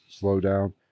slowdown